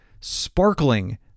sparkling